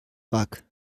wrack